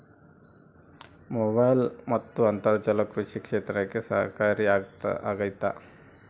Mobile ಮತ್ತು ಅಂತರ್ಜಾಲ ಕೃಷಿ ಕ್ಷೇತ್ರಕ್ಕೆ ಸಹಕಾರಿ ಆಗ್ತೈತಾ?